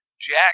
jack